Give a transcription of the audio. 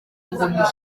ngomijana